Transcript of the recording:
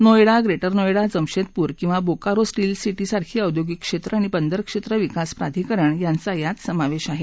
Noida Greater Noida Jamshedpur किवा Bokaro steel city सारखी औद्योगिक क्षेत्र आणि बंदर क्षेत्र विकास प्राधिकरण यांचा यात समावेश आहे